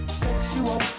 sexual